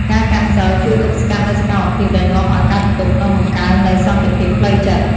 ការកាន់សីល ជួយទប់ស្កាត់នូវសកម្មភាពដែលនាំឱ្យកើតទុក្ខ និងបង្កើននូវសន្តិភាពផ្លូវចិត្ត។